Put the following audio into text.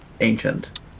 Ancient